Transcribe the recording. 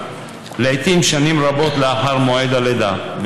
לעיתים שנים רבות לאחר מועד הלידה,